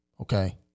Okay